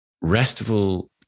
restful